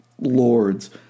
lords